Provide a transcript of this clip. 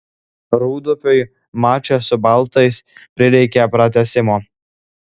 rūdupiui mače su baltais prireikė pratęsimo